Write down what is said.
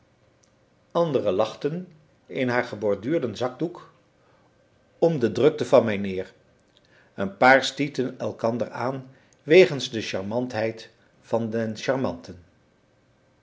andere lachten in haar geborduurden zakdoek om de drukte van mijnheer een paar stieten elkander aan wegens de charmantheid van den charmanten